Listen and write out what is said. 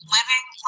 Living